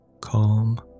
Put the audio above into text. Calm